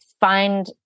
find